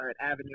avenue